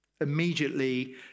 immediately